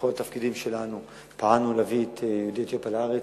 בכל התפקידים שלנו פעלנו להביא את יהודי אתיופיה לארץ.